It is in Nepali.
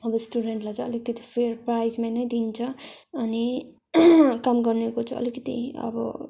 अब स्टुडेन्टलाई चाहिँ अलिकति फेयर प्राइजमा नै दिन्छ अनि काम गर्नेको चाहिँ अलिकति अब